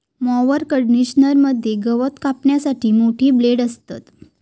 mower conditioner मध्ये गवत कापण्यासाठी मोठे ब्लेड असतत